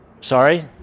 Sorry